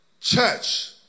church